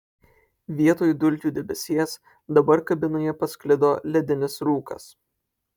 vietoj dulkių debesies dabar kabinoje pasklido ledinis rūkas